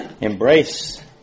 Embrace